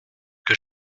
que